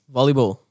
Volleyball